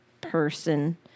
person